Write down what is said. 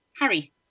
Harry